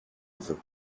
veut